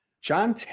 John